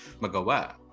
magawa